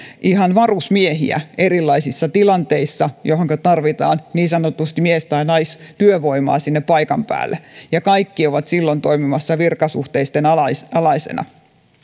ihan varusmiehiä erilaisissa tilanteissa joihinka tarvitaan niin sanotusti mies tai naistyövoimaa sinne paikan päälle ja kaikki ovat silloin toimimassa virkasuhteisten alaisina alaisina